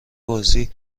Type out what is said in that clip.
بازی